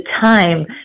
time